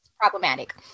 Problematic